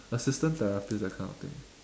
assistant therapist that kind of thing